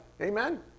Amen